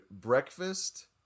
breakfast